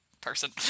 person